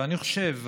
ואני חושב,